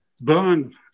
burn